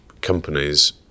companies